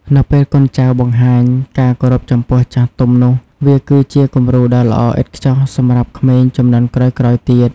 នៅពេលកូនចៅបង្ហាញការគោរពចំពោះចាស់ទុំនោះ វាគឺជាគំរូដ៏ល្អឥតខ្ចោះសម្រាប់ក្មេងជំនាន់ក្រោយៗទៀត។